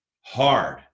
hard